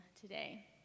today